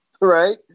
right